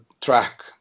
track